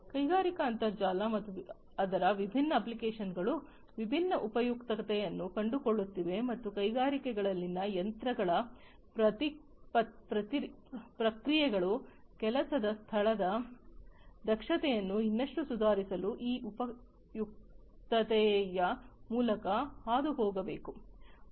ಕೈಗಾರಿಕಾ ಅಂತರ್ಜಾಲ ಮತ್ತು ಅದರ ವಿಭಿನ್ನ ಅಪ್ಲಿಕೇಶನ್ಗಳು ವಿಭಿನ್ನ ಉಪಯುಕ್ತತೆಯನ್ನು ಕಂಡುಕೊಳ್ಳುತ್ತಿವೆ ಮತ್ತು ಕೈಗಾರಿಕೆಗಳಲ್ಲಿನ ಯಂತ್ರಗಳ ಪ್ರಕ್ರಿಯೆಗಳು ಕೆಲಸದ ಸ್ಥಳದ ದಕ್ಷತೆಯನ್ನು ಇನ್ನಷ್ಟು ಸುಧಾರಿಸಲು ಈ ಉಪಯುಕ್ತತೆಯ ಮೂಲಕ ಹಾದುಹೋಗಬೇಕು